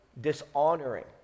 dishonoring